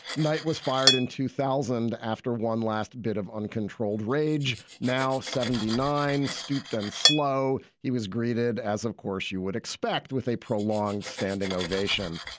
knight was fired in two thousand after one last bit of uncontrolled rage. now seventy nine, stooped and slow. he was greeted as, of course, you would expect, with a prolonged standing ovation.